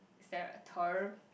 is there a term